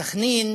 סח'נין